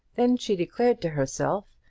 then she declared to herself,